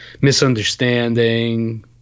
misunderstanding